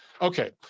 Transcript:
Okay